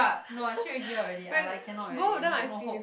ya no I straightaway give up already I like cannot already no no hope